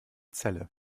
celle